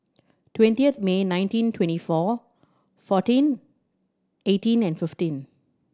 twenty of May nineteen twenty four fourteen eighteen and fifteen